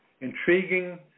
intriguing